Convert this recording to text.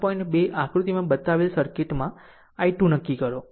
2 આકૃતિમાં બતાવેલ સર્કિટમાં i2 નક્કી કરો